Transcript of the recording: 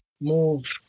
move